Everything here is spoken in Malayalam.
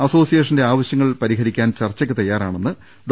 അസോസിയേഷന്റെ ആവശ്യങ്ങൾ പരിഹ രിക്കാൻ ചർച്ചയ്ക്ക് തയ്യാറാണെന്ന് ഡോ